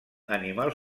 animals